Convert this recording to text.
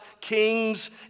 kings